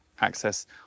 access